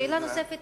שאלה נוספת